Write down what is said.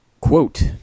Quote